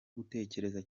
gutekereza